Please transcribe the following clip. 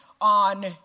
on